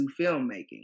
filmmaking